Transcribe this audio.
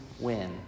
win